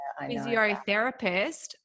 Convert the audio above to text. physiotherapist